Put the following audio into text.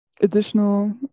Additional